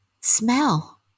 smell